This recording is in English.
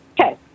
Okay